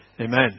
Amen